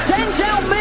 Denzel